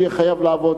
שיהיה חייב לעבוד.